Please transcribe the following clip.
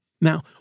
Now